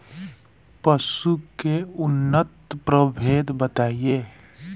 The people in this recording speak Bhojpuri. पशु के उन्नत प्रभेद बताई?